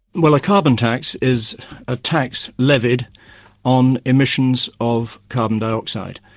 well a carbon tax is a tax levied on emissions of carbon dioxide.